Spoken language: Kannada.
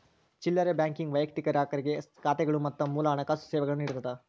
ಚಿಲ್ಲರೆ ಬ್ಯಾಂಕಿಂಗ್ ವೈಯಕ್ತಿಕ ಗ್ರಾಹಕರಿಗೆ ಖಾತೆಗಳು ಮತ್ತ ಮೂಲ ಹಣಕಾಸು ಸೇವೆಗಳನ್ನ ನೇಡತ್ತದ